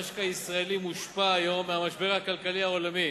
המשק הישראלי מושפע היום מהמשבר הכלכלי העולמי.